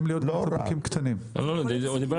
נניח